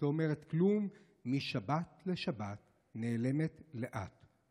לא אומרת כלום / משבת לשבת נעלמת לאט".